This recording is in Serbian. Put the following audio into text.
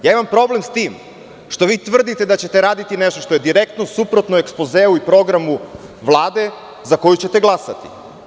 Imam problem s tim što vi tvrdite da ćete raditi nešto što je direktno suprotno ekspozeu i programu Vlade za koju ćete glasati.